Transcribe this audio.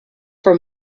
for